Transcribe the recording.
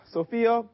Sophia